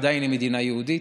עדיין היא מדינה יהודית,